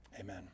Amen